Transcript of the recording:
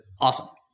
awesome